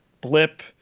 blip